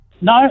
No